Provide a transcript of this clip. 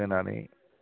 होनानै